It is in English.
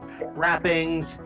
wrappings